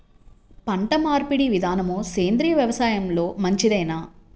పంటమార్పిడి విధానము సేంద్రియ వ్యవసాయంలో మంచిదేనా?